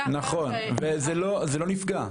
יש איזה אירוע מיוחד או מקרה --- נכון וזה לא נפגע.